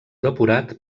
depurat